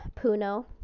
Puno